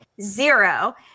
zero